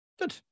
Good